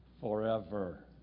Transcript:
forever